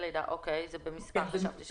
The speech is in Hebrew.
ולכן אי אפשר לדעת.